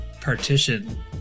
partition